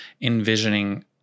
envisioning